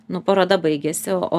nu paroda baigėsi o